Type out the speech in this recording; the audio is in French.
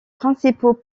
principaux